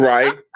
Right